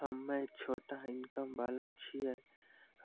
हम्मय छोटा इनकम वाला छियै,